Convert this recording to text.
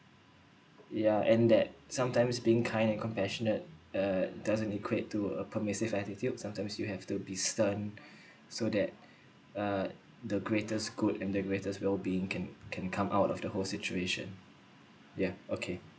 yeah and that sometimes being kind and compassionate uh doesn't equate to a permissive attitude sometimes you have to be stern so that uh the greatest scoot and the greatest wellbeing can can come out of the whole situation ya okay